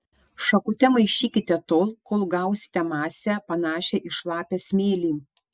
šakute maišykite tol kol gausite masę panašią į šlapią smėlį